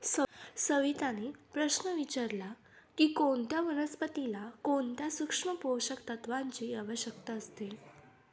सविताने प्रश्न विचारला की कोणत्या वनस्पतीला कोणत्या सूक्ष्म पोषक तत्वांची आवश्यकता असते?